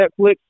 Netflix